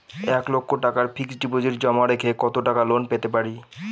এক লক্ষ টাকার ফিক্সড ডিপোজিট জমা রেখে কত টাকা লোন পেতে পারি?